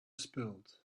spilled